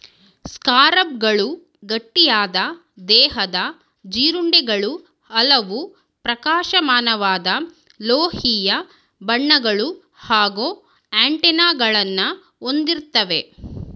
ಸ್ಕಾರಬ್ಗಳು ಗಟ್ಟಿಯಾದ ದೇಹದ ಜೀರುಂಡೆಗಳು ಹಲವು ಪ್ರಕಾಶಮಾನವಾದ ಲೋಹೀಯ ಬಣ್ಣಗಳು ಹಾಗೂ ಆಂಟೆನಾಗಳನ್ನ ಹೊಂದಿರ್ತವೆ